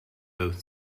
both